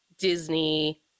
Disney